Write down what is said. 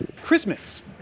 Christmas